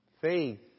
Faith